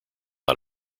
out